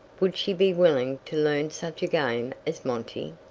would she be willing to learn such a game as monte?